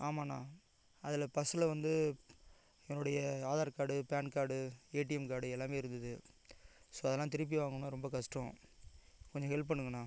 ஆமாம்ண்ணா அதில் பர்ஸ்ஸில் வந்து என்னுடைய Aadhaar card PAN card ATM card எல்லாமே இருந்துது ஸோ அதெல்லாம் திருப்பி வாங்கணுன்னா ரொம்ப கஷ்டம் கொஞ்சம் ஹெல்ப் பண்ணுங்கண்ணா